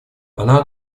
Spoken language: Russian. она